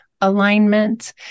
alignment